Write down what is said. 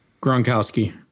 Gronkowski